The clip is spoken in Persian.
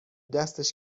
دستش